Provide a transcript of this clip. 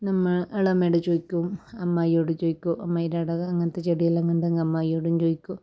നമ്മളെ അമ്മയോട് ചോദിക്കും അമ്മായിയോട് ചോദിക്കും അമ്മായിടടെ അങ്ങനത്തെ ചെടിയെല്ലാം ഉണ്ടെങ്കിൽ അമ്മായിയോടും ചോദിക്കും